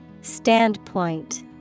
Standpoint